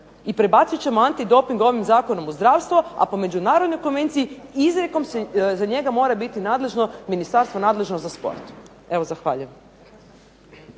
I prebacit ćemo antidoping ovim zakonom u zdravstvo, a po Međunarodnoj konvenciji izrijekom za njega mora biti nadležno Ministarstvo nadležno za sport. Evo, zahvaljujem.